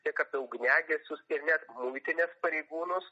tiek apie ugniagesius ir net muitinės pareigūnus